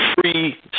free